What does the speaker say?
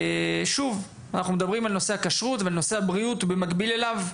שוב- אנחנו מדברים על נושא הכשרות ועל נושא הבריאות במקביל אליו.